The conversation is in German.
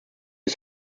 ist